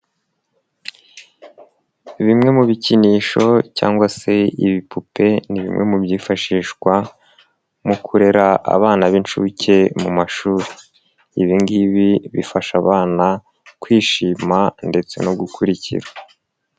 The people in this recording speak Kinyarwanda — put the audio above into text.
Bimwe mu bikinisho cyangwa se ibipupe ni bimwe mu byifashishwa mu kurera abana b'inshuke mu mashuri. Ibi ngibi bifasha abana kwishima ndetse no gukurikira.